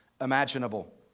imaginable